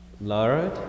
Lord